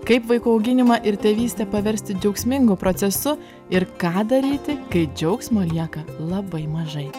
kaip vaikų auginimą ir tėvystę paversti džiaugsmingu procesu ir ką daryti kai džiaugsmo lieka labai mažai